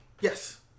Yes